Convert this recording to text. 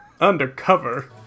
Undercover